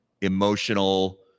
emotional